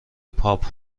پاپ